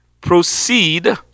proceed